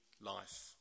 life